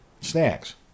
Snacks